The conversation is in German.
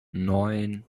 neun